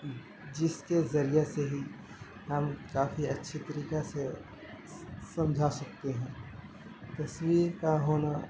جس کے ذریعہ سے ہی ہم کافی اچھے طریقہ سے سمجھا سکتے ہیں تصویر کا ہونا